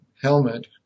helmet